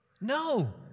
No